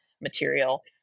material